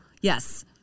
Yes